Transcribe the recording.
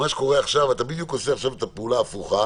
שקורה, אתה בדיוק עושה עכשיו את הפעולה ההפוכה,